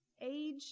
age